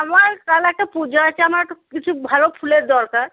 আমার কাল একটা পুজো আছে আমার এক কিছু ভালো ফুলের দরকার